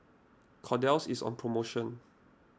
Kordel's is on promotion